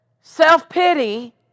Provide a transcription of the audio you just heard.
self-pity